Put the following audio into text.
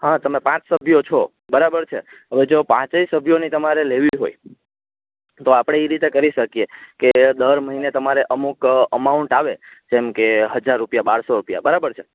હા તમે પાંચ સભ્યો છો બરાબર છે હવેજો પાંચેય સભ્યોની તમારે લેવી હોય તો આપળે ઇ રીતે કરી શકીએ કે દર મહિને તમારે અમુક અમાઉન્ટ આવે જેમકે હજાર રૂપિયા બરસો રૂપિયા બરાબર છે